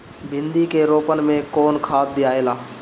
भिंदी के रोपन मे कौन खाद दियाला?